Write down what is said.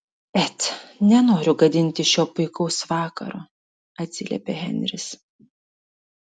et nenoriu gadinti šio puikaus vakaro atsiliepė henris